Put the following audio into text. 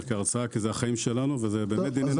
כהרצאה כי זה החיים שלנו וזה באמת דיני נפשות.